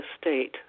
state